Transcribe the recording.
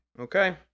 Okay